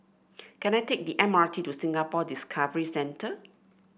can I take the M R T to Singapore Discovery Centre